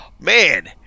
Man